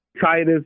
Titus